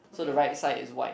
so the right side is white